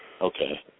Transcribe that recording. Okay